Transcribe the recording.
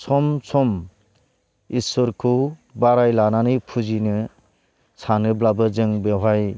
सम सम इसोरखौ बाराय लानानै फुजिनो सानोब्लाबो जोङो बेवहाय